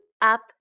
up